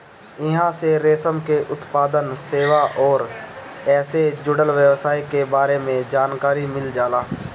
इहां से रेशम के उत्पादन, सेवा अउरी एसे जुड़ल व्यवसाय के बारे में जानकारी मिल जाला